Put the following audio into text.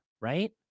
right